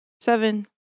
seven